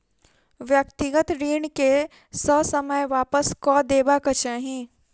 व्यक्तिगत ऋण के ससमय वापस कअ देबाक चाही